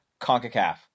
CONCACAF